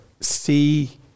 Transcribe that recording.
see